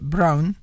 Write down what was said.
Brown